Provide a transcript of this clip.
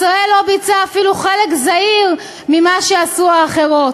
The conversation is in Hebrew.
ישראל לא ביצעה אפילו חלק זעיר ממה שעשו האחרות,